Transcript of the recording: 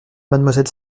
mademoiselle